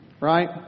right